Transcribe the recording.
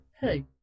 Hey